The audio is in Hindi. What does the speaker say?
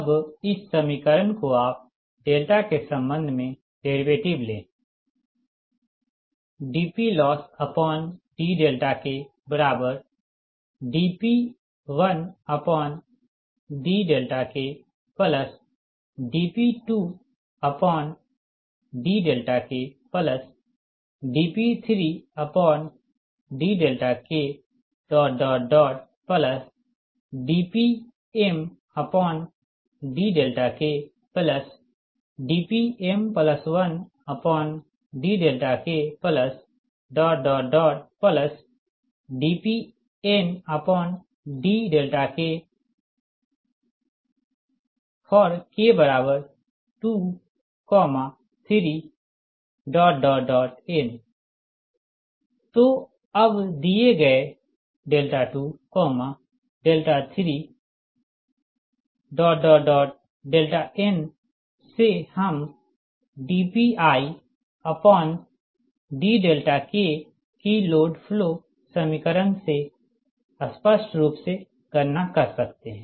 अबइस समीकरण को आप के संबंध में डेरीवेटिव लें dPLossdKdP1dKdP2dKdP3dKdPmdKdPm1dKdPndK for k23n तो अब दिए गए 2 3n से हम dPidK की लोड फ्लो समीकरण से स्पष्ट रूप से गणना कर सकते हैं